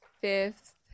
Fifth